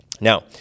Now